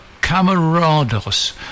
camarados